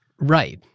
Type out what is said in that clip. Right